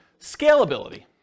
Scalability